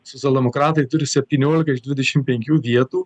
socialdemokratai turi septyniolika iš dvidešim penkių vietų